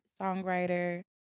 songwriter